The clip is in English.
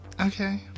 Okay